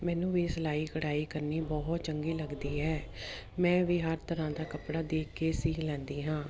ਮੈਨੂੰ ਵੀ ਸਿਲਾਈ ਕਢਾਈ ਕਰਨੀ ਬਹੁਤ ਚੰਗੀ ਲੱਗਦੀ ਹੈ ਮੈਂ ਵੀ ਹਰ ਤਰ੍ਹਾਂ ਦਾ ਕੱਪੜਾ ਦੇਖ ਕੇ ਸੀਅ ਲੈਂਦੀ ਹਾਂ